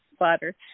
water